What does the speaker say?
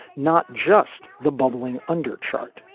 not just the bubbling undercharged.